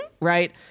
right